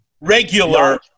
regular